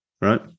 Right